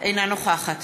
אינה נוכחת